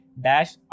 dash